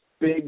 big